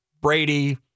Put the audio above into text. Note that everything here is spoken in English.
Brady